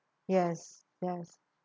yes yes